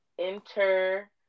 enter